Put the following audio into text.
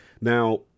Now